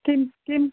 किं किं